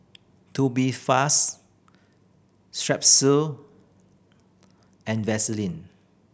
Tubifast Strepsils and Vaselin